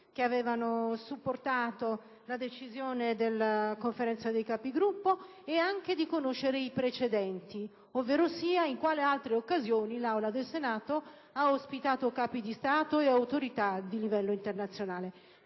che avevano supportato la decisione della Conferenza dei Capigruppo, nonché i precedenti, ovverosia in quali altre occasioni l'Aula del Senato ha ospitato Capi di Stato e autorità di livello internazionale.